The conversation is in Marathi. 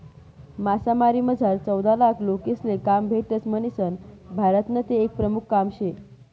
मासामारीमझार चौदालाख लोकेसले काम भेटस म्हणीसन भारतनं ते एक प्रमुख काम शे